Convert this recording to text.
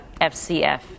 FCF